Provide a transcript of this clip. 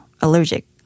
allergic